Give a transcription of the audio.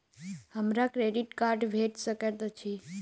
हमरा credit card भेट सकैत अछि?